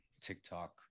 TikTok